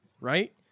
right